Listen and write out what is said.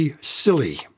silly